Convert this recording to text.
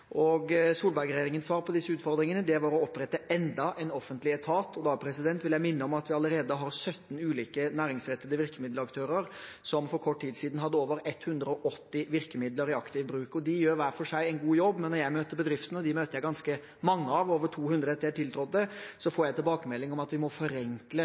svar på disse utfordringene var å opprette enda en offentlig etat. Da vil jeg minne om at vi allerede har 17 ulike næringsrettede virkemiddelaktører som for kort tid siden hadde over 180 virkemidler i aktiv bruk. De gjør hver for seg en god jobb, men når jeg møter bedriftene – og dem møter jeg ganske mange av, over 200 etter at jeg tiltrådte – får jeg tilbakemelding om at vi må forenkle